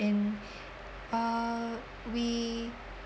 and uh we